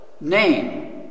name